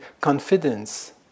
confidence